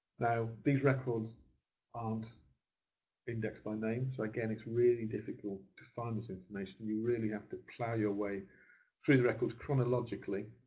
now, these records aren't indexed by name, so again, it's really difficult to find this information. you really have to plough your way through the records chronologically,